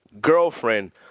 girlfriend